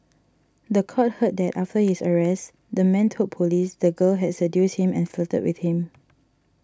the court heard that after his arrest the man told police the girl has seduced him and flirted with him